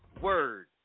word